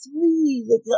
three